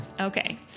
Okay